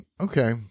Okay